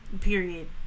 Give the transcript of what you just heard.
Period